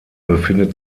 befindet